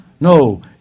No